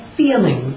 feeling